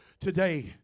Today